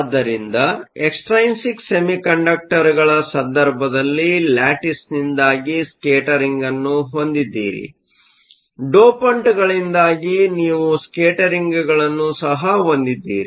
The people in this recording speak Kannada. ಆದ್ದರಿಂದ ಎಕ್ಸ್ಟ್ರೈನ್ಸಿಕ್ ಸೆಮಿಕಂಡಕ್ಟರ್ಗಳ ಸಂದರ್ಭದಲ್ಲಿ ಲ್ಯಾಟಿಸ್ನಿಂದಾಗಿ ಸ್ಕೇಟರಿಂಗ್ ಅನ್ನು ಹೊಂದಿದ್ದೀರಿ ಡೋಪಂಟ್ಗಳಿಂದಾಗಿ ನೀವು ಸ್ಕೇಟರಿಂಗ್ಗಳನ್ನು ಸಹ ಹೊಂದಿದ್ದೀರಿ